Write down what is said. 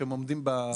שעומדים בקריטריונים.